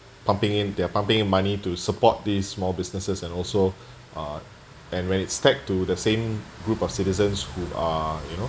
pumping in they are pumping in money to support these small businesses and also uh and when it's tagged to the same group of citizens who are you know